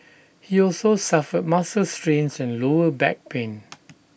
he also suffered muscle strains and lower back pain